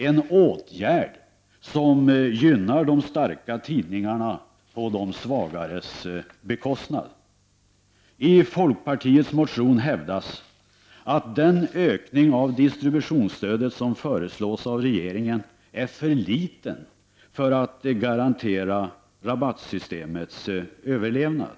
Det är en åtgärd som gynnar de starkare tidningarna på de svagares bekostnad. I folkpartiets motion hävdas att den ökning av distributionsstödet som föreslås av regeringen är för liten för att garantera rabattsystemets överlevnad.